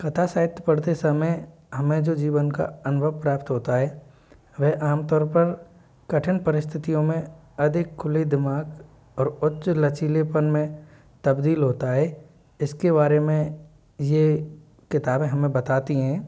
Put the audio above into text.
कथा साहित्य पढ़ते समय हमें जो जीवन का अनुभव प्राप्त होता है वह आमतौर पर कठिन परिस्थितियों में अधिक खुले दिमाग़ और उच्च लचीलेपन में तब्दील होता है इसके बारे में ये किताबें हमें बताती हैं